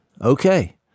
okay